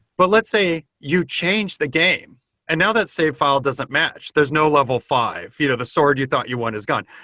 but let's say you changed the game and that save file doesn't match. there's no level five. you know the sword you thought you want is gone.